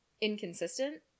inconsistent